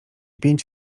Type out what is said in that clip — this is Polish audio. pięć